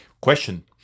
Question